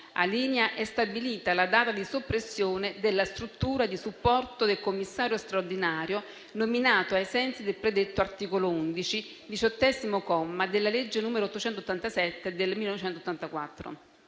alinea, è stabilita la data di soppressione della Struttura di supporto del Commissario straordinario nominato ai sensi del predetto articolo 11, diciottesimo comma, della legge n. 887 del 1984.